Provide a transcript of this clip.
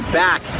back